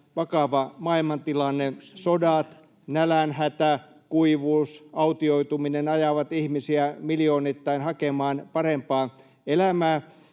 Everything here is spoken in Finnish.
vakava maailmantilanne — sodat, nälänhätä, kuivuus, autioituminen ajavat ihmisiä miljoonittain hakemaan parempaa elämää.